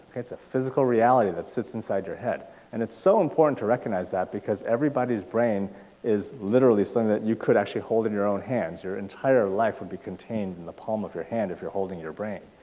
it's a physical reality that sits inside your head and it's so important to recognize that, because everybody's brain is literally so and that you could actually hold in your own hands. your entire life would be contained in the palm of your hand if you're holding your brain.